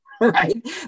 Right